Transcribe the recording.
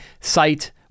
site